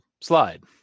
slide